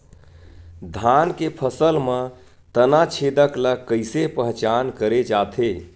धान के फसल म तना छेदक ल कइसे पहचान करे जाथे?